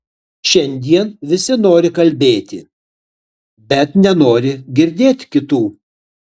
šiandien visi nori kalbėti bet nenori girdėt kitų